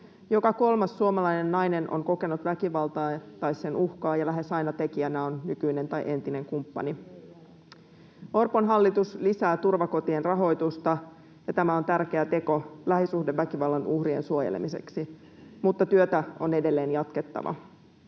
Joka kolmas suomalainen nainen on kokenut väkivaltaa tai sen uhkaa, ja lähes aina tekijänä on nykyinen tai entinen kumppani. Orpon hallitus lisää turvakotien rahoitusta, ja tämä on tärkeä teko lähisuhdeväkivallan uhrien suojelemiseksi, mutta työtä on edelleen jatkettava.